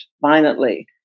violently